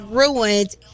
ruined